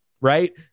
right